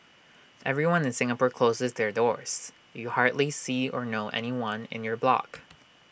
everyone in Singapore closes their doors you hardly see or know anyone in your block